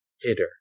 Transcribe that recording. hitter